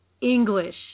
English